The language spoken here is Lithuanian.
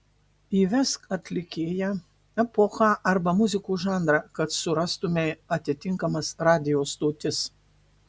įvesk atlikėją epochą arba muzikos žanrą kad surastumei atitinkamas radijo stotis